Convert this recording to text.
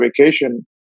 vacation